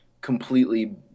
completely